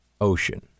ocean